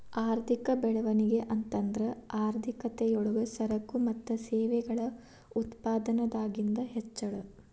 ಆರ್ಥಿಕ ಬೆಳವಣಿಗೆ ಅಂತಂದ್ರ ಆರ್ಥಿಕತೆ ಯೊಳಗ ಸರಕು ಮತ್ತ ಸೇವೆಗಳ ಉತ್ಪಾದನದಾಗಿಂದ್ ಹೆಚ್ಚಳ